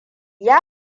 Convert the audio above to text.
ya